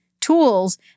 tools